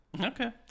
Okay